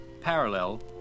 parallel